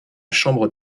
chambre